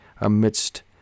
amidst